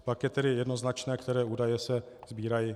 Pak je tedy jednoznačné, které údaje se sbírají.